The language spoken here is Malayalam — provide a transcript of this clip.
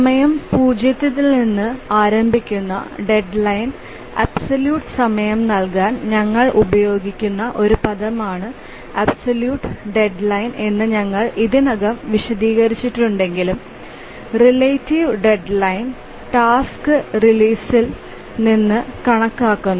സമയ പൂജ്യത്തിൽ നിന്ന് ആരംഭിക്കുന്ന ഡെഡ് ലൈന് ആബ്സലൂറ്റ് സമയം നൽകാൻ ഞങ്ങൾ ഉപയോഗിക്കുന്ന ഒരു പദമാണ്ആബ്സലൂറ്റ് ഡെഡ് ലൈന് എന്ന് ഞങ്ങൾ ഇതിനകം വിശദീകരിച്ചിട്ടുണ്ടെങ്കിലും റെലറ്റിവ് ഡെഡ് ലൈന് ടാസ്ക് റിലീസിൽ നിന്ന് കണക്കാക്കുന്നു